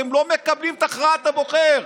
אתם לא מקבלים את הכרעת הבוחר,